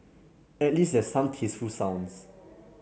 at least there's some tasteful sounds